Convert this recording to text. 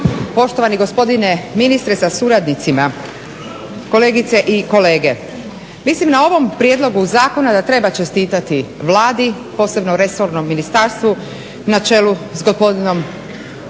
poštovani gospodine ministre sa suradnicima, kolegice i kolege. Mislim na ovom prijedlogu zakona da treba čestitati Vladi, posebno resornom ministarstvu, na čelu sa gospodinom